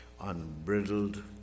unbridled